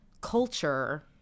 culture